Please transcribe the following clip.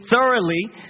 thoroughly